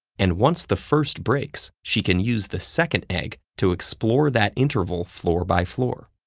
and once the first breaks, she can use the second egg to explore that interval floor by floor.